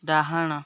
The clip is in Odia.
ଡାହାଣ